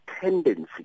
tendency